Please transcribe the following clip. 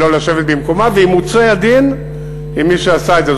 שלא לשבת במקומה, וימוצה הדין עם מי שעשה את זה.